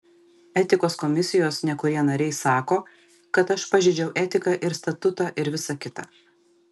etikos komisijos nekurie nariai sako kad aš pažeidžiau etiką ir statutą ir visa kita